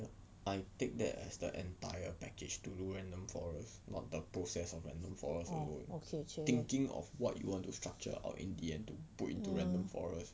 ya I take that as the entire package to do random forest not the process of random forest thinking of what you want to structure our N_D_N to put into random forest